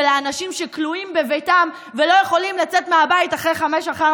של האנשים שכלואים בביתם ולא יכולים לצאת מהבית אחרי 17:00,